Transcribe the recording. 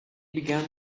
began